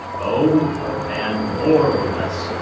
oh, one man, more or less,